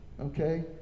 Okay